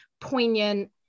poignant